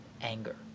anger